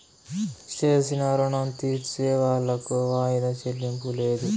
చేసిన రుణం తీర్సేవాళ్లకు వాయిదా చెల్లింపు లేదు